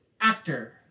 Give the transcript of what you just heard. actor